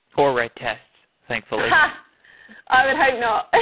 or write tests, thankfully yeah i would hope not